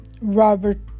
Robert